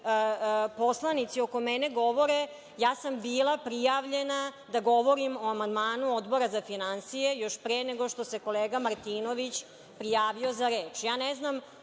poslanici oko mene govore. Bila sam prijavljena da govorim o amandmanu Odbora za finansije još pre nego što se kolega Martinović prijavio za reč.